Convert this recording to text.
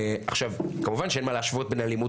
עכשיו כמובן שאין מה להשוות בין אלימות